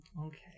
Okay